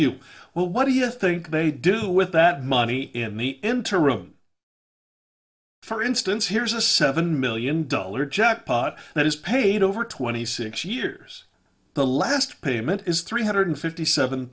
you well what do you think they do with that money in the interim for instance here's a seven million dollar jackpot that is paid over twenty six years the last payment is three hundred fifty seven